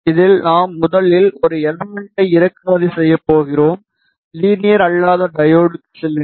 இதில் நாம் முதலில் ஒரு எலமென்ட்டை இறக்குமதி செய்யப் போகிறோம் லீனியர் அல்லாத டையோடுக்கு செல்லுங்கள்